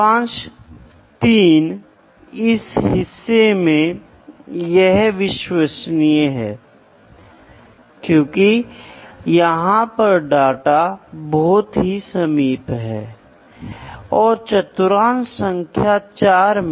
इसलिए यह दोनों कार्य आपस में गहरा संबंध रखते हैं क्योंकि इसे नियंत्रित करने के लिए तापमान या प्रवाह जैसे चर को मापने में सक्षम होना चाहिए